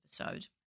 episode